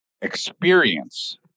experience